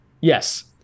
yes